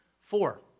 Four